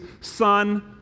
son